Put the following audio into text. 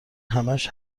همش